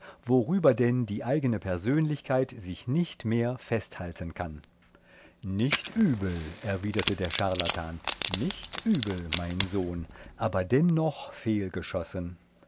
worüber denn die eigne persönlichkeit sich nicht mehr festhalten kann nicht übel erwiderte der charlatan nicht übel mein sohn aber dennoch